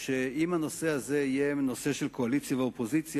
שאם הנושא הזה יהיה נושא של קואליציה ואופוזיציה,